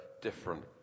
different